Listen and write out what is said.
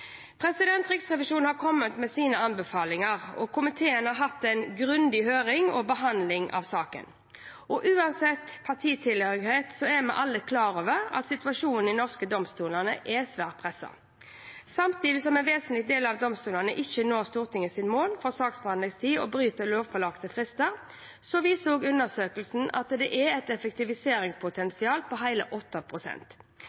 Riksrevisjonen har kommet med sine anbefalinger, og komiteen har hatt en grundig høring og behandling av saken. Uansett partitilhørighet er vi er alle klar over at situasjonen i norske domstoler er svært presset. Samtidig som en vesentlig del av domstolene ikke når Stortingets mål for saksbehandlingstid og bryter lovpålagte frister, viser også undersøkelsen at det er et